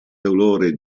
dolore